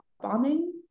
bombing